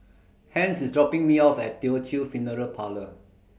Hence IS dropping Me off At Teochew Funeral Parlour